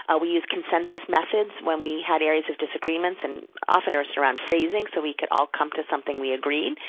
ah we used consensus methods when we had areas of disagreements, and often it was around phrasing, so, we could all come to something that we agreed.